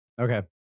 Okay